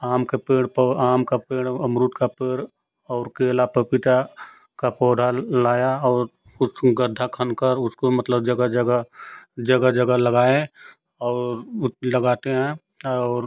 आम के पेड़ आम का पेड़ और अमरूद का पेड़ और केला पपीता का पौधा लाया और उसमें गड्ढा खनकर उसको मतलब जगह जगह जगह जगह लगाए और लगाते हैं और